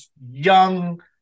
young